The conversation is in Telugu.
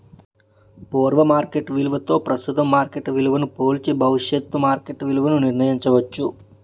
పూర్వ మార్కెట్ విలువతో ప్రస్తుతం మార్కెట్ విలువను పోల్చి భవిష్యత్తు మార్కెట్ నిర్ణయించవచ్చు